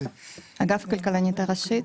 מאגף כלכלנית ראשית.